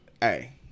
Hey